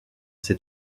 ces